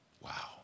wow